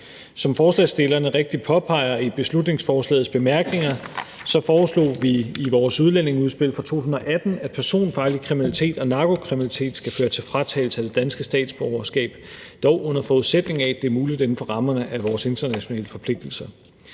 Som forslagsstillerne rigtigt påpeger i beslutningsforslagets bemærkninger, foreslog vi i vores udlændingeudspil fra 2018, at personfarlig kriminalitet og narkokriminalitet skal føre til fratagelse af det danske statsborgerskab, dog under forudsætning af, at det er muligt inden for rammerne af vores internationale forpligtelser.